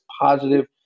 positive